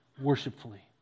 worshipfully